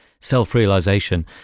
self-realization